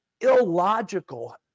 illogical